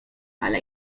ale